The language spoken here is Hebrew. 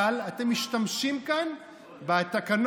אבל אתם משתמשים כאן בתקנון,